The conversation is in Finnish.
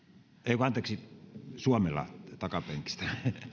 ei kun anteeksi suomela takapenkistä